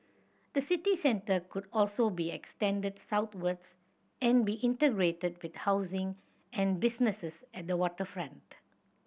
the city centre could also be extended southwards and be integrated with housing and businesses at the waterfront